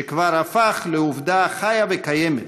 שכבר הפך לעובדה חיה וקיימת,